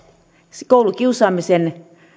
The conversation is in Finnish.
siinä koulukiusaamisen